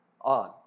on